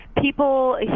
people